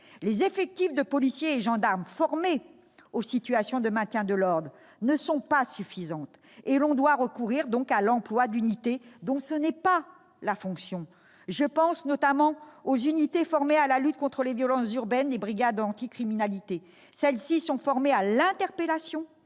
Les effectifs de policiers et gendarmes formés aux situations de maintien de l'ordre ne sont pas suffisants. Résultat : on doit recourir à l'emploi d'unités dont ce n'est pas la fonction. Je pense notamment aux unités formées à la lutte contre les violences urbaines, les brigades anti-criminalité : elles sont formées à l'interpellation,